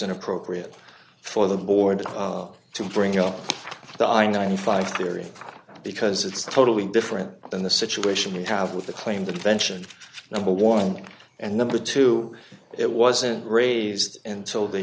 inappropriate for the board to bring up the i ninety five theory because it's totally different than the situation you have with the claim the pension number one and number two it wasn't raised until the